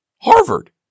Harvard